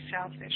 selfish